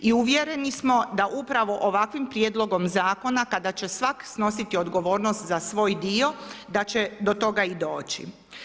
I uvjereni smo da upravo ovakvim prijedlogom zakona kada će svak' snositi odgovornost za svoj dio, da će do toga i doći.